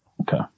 Okay